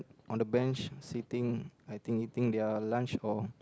on the bench sitting I think eating their lunch or